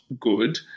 good